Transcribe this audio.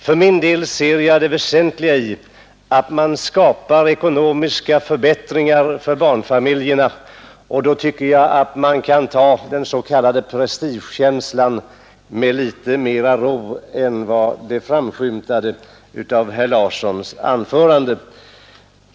För min del ser jag som det väsentliga att det skapas ekonomiska förbättringar för barnfamiljerna, och då tycker jag att man kan ta den s.k. prestigen med litet mera ro än vad som framskymtade i herr Larssons anförande.